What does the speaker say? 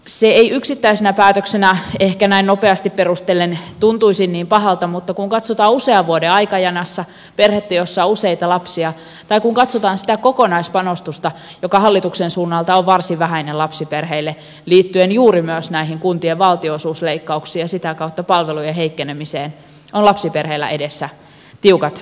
se ei yksittäisenä päätöksenä ehkä näin nopeasti perustellen tuntuisi niin pahalta mutta kun katsotaan usean vuoden aikajanassa perhettä jossa on useita lapsia tai kun katsotaan sitä kokonaispanostusta joka hallituksen suunnalta on varsin vähäinen lapsiperheille liittyen juuri myös näihin kuntien valtionosuusleikkauksiin ja sitä kautta palvelujen heikkenemiseen on lapsiperheillä edessä tiukat ajat